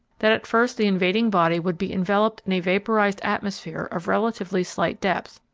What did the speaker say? that at first the invading body would be enveloped in a vaporized atmosphere of relatively slight depth,